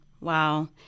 Wow